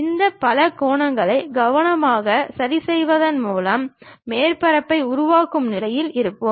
இந்த பலகோணங்களை கவனமாக சரிசெய்வதன் மூலம் மேற்பரப்பை உருவாக்கும் நிலையில் இருப்போம்